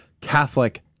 Catholic